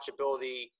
watchability